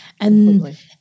And-